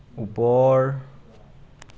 ওপৰ